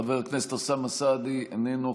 חבר הכנסת אוסאמה סעדי, איננו.